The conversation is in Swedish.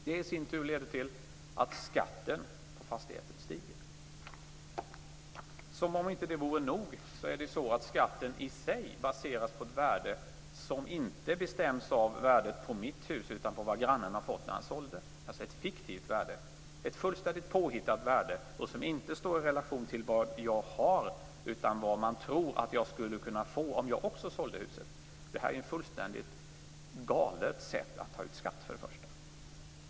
Det i sin tur leder till att skatten på fastigheten stiger. Som om inte det vore nog är det också så att skatten i sig baseras på ett värde som inte bestäms av värdet på mitt hus utan på vad grannen har fått när han sålde. Det rör sig alltså om ett fiktivt värde, ett fullständigt påhittat värde som inte står i relation till vad jag har, utan till vad man tror att jag skulle kunna få om jag sålde huset. Det är ett fullständigt galet sätt att ta ut skatt till att börja med.